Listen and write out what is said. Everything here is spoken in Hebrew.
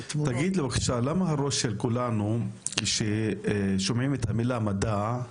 למה כששומעים את המילה מדע אנחנו